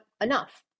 enough